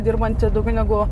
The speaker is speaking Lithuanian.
dirbanti daugiau negu